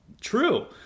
True